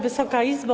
Wysoka Izbo!